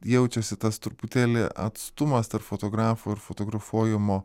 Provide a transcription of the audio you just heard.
jaučiasi tas truputėlį atstumas tarp fotografo ir fotografuojamo